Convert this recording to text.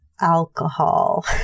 alcohol